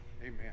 amen